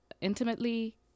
intimately